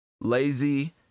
lazy